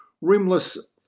rimless